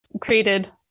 created